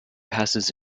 passes